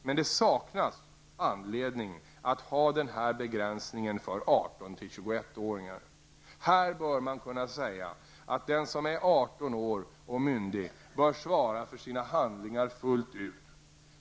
Men det saknas anledning att ha denna begränsning för 18--21-åringar. Här bör man kunna säga att den som är 18 år och myndig bör svara för sina handlingar fullt ut.